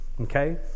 Okay